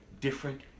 different